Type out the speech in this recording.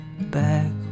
back